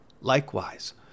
Likewise